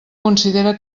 considera